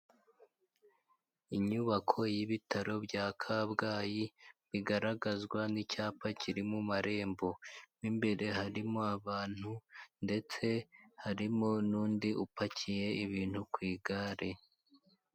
Inyubako y'ibitaro bya Kabgayi, bigaragazwa n'icyapa kiri mu marembo mo imbere harimo abantu ndetse harimo n'undi upakiye ibintu ku igare.